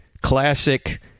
classic